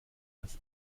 das